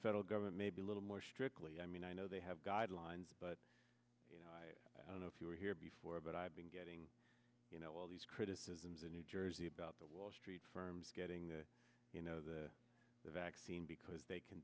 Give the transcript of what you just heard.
federal government maybe a little more strictly i mean i know they have guidelines but you know i don't know if you were here before but i've been getting you know all these criticisms in new jersey about the wall street firms getting you know the vaccine because they can